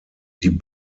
die